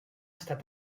estat